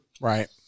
Right